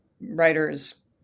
writers